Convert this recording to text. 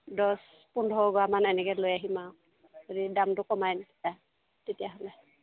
দহ পোন্ধৰ গৰামান এনেকৈ লৈ আহিম আৰু যদি দামটো কমাই দিয়া তেতিয়াহ'লে